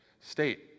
state